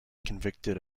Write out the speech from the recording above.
convicted